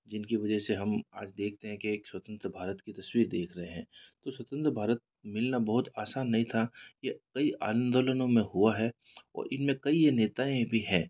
जिनकी वजह से हम आज देखते हैं कि एक स्वतंत्र भारत की तस्वीर देख रहे हैं तो स्वतंत्र भारत मिलना बहुत आसान नहीं था यह कई आंदोलनों में हुआ है और इनमें कई नेताएं भी है